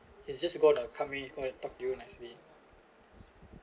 it's just gonna come really go and talk to you nicely